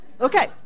Okay